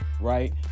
right